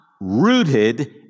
rooted